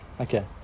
Okay